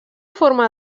forma